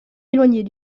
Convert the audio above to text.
éloignés